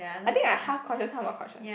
I think I half conscious half not conscious